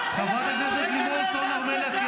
תגנה את ההסתה --- תגנה ------ חברת הכנסת לימור סון הר מלך,